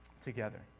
together